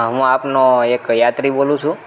હું આપનો એક યાત્રી બોલું છું